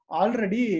already